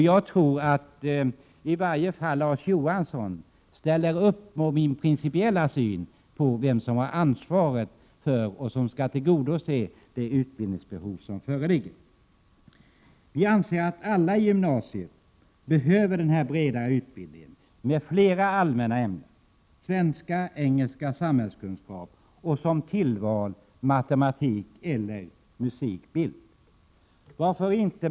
Jag tror att i varje fall Larz Johansson ställer upp på min principiella syn på vem som skall tillgodose och ha ansvaret för det utbildningsbehov som föreligger. Vi anser att alla i gymnasieskolan behöver denna breda utbildning med flera allmänna ämnen: svenska, engelska, samhällskunskap, och som tillval matematik eller musik samt bild.